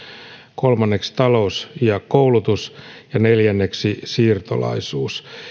kolmanneksi talous ja koulutus ja neljänneksi siirtolaisuus